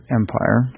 empire